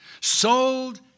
sold